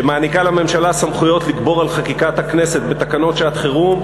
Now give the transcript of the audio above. שמעניקה לממשלה סמכויות לגבור על חקיקת הכנסת בתקנות שעת-חירום,